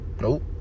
Nope